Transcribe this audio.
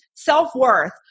self-worth